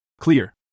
Clear